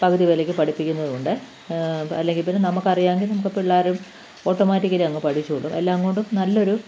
പകുതി വിലക്ക് പഠിപ്പിക്കുന്നും ഉണ്ട് അല്ലെങ്കിൽപിന്നെ നമുക്ക് അറിയാമെങ്കിൽ നമുക്ക് പിള്ളേരും ഓട്ടോമാറ്റിക്കലി അങ്ങ് പഠിച്ചോളും എല്ലാം കൊണ്ടും നല്ലൊരു